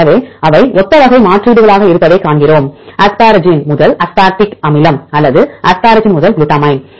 எனவே அவை ஒத்த வகை மாற்றீடுகளாக இருப்பதைக் காண்கிறோம் அஸ்பாராகின் முதல் அஸ்பார்டிக் அமிலம் அல்லது அஸ்பாரகின் முதல் குளுட்டமைன்